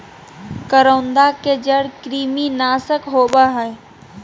करौंदा के जड़ कृमिनाशक होबा हइ